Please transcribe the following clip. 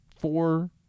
four